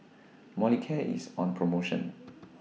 Molicare IS on promotion